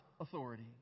authority